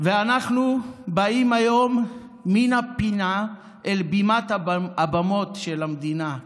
ואנחנו באים היום מן הפינה אל בית הבמות של המדינה,